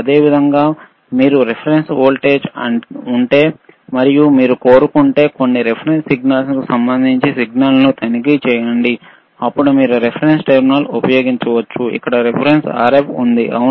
అదేవిధంగా మీకు reference voltage ఉంటే మరియు మీరు కోరుకుంటే కొన్ని రిఫరెన్స్ సిగ్నల్కు సంబంధించి సిగ్నల్ను తనిఖీ చేయండి అప్పుడు మీరు రిఫరెన్స్ టెర్మినల్ను ఉపయోగించవచ్చు ఇక్కడ రిఫరెన్స్ RF ఉంది అవును